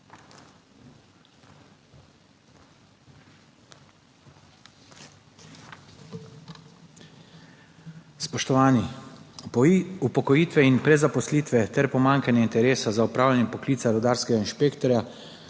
Spoštovani! Upokojitve in prezaposlitve ter pomanjkanje interesa za opravljanje poklica rudarskega inšpektorja